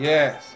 Yes